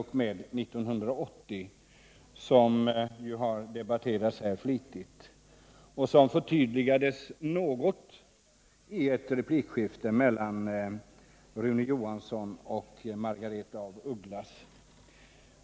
1980, som ju har debatterats flitigt här och som förtydligades något i replikskiftet mellan Rune Johansson och Margaretha af Ugglas.